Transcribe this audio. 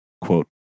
quote